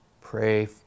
Pray